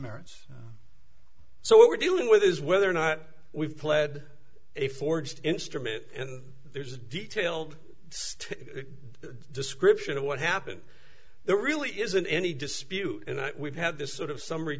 merits so what we're dealing with is whether or not we've pled a forged instrument and there's a detailed state description of what happened there really isn't any dispute and we've had this sort of summary